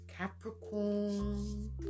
Capricorn